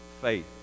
faith